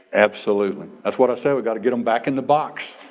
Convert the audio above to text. absolutely. that's what i said. we got to get them back in the box.